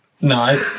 No